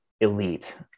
elite